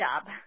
job